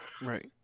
Right